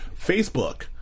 Facebook